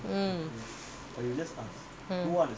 mm mm